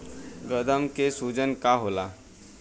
गदन के सूजन का होला?